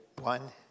one